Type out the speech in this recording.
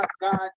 God